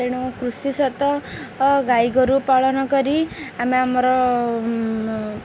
ତେଣୁ କୃଷି ସହିତ ଗାଈ ଗୋରୁ ପାଳନ କରି ଆମେ ଆମର